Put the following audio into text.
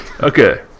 Okay